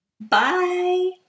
Bye